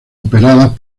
operadas